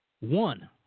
one